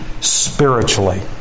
spiritually